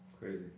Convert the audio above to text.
Crazy